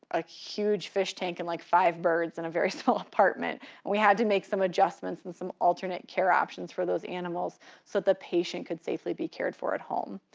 a huge fish tank and like five birds in a very small apartment. and we had to make some adjustments and some alternate care options for those animals so the patient could safely be cared for at home.